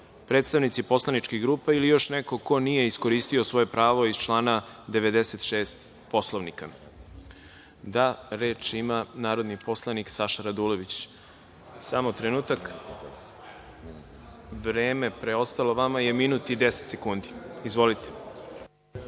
predstavnici poslaničkih grupa ili još neko ko nije iskoristio svoje pravo iz člana 96. Poslovnika? (Da)Reč ima narodni poslanik Saša Radulović. Vreme koje je preostala vama je minut i 10 sekundi. Izvolite.